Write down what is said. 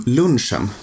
lunchen